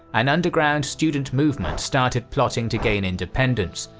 an underground student movement started plotting to gain independence,